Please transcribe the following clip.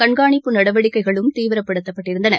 கண்காணிப்பு நடவடிக்கைகளும் தீவிரப்படுத்தப் பட்டன